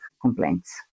complaints